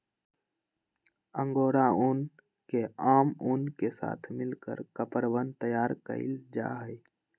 angora ऊन के आम ऊन के साथ मिलकर कपड़वन तैयार कइल जाहई